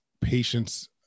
patients